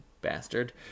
bastard